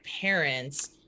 parents